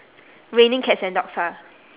raining cats and dogs ah